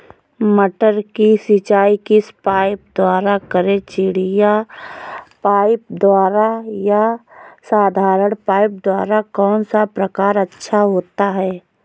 मटर की सिंचाई किस पाइप द्वारा करें चिड़िया पाइप द्वारा या साधारण पाइप द्वारा कौन सा प्रकार अच्छा होता है?